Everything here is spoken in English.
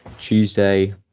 Tuesday